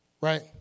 right